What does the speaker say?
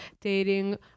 dating